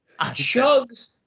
chugs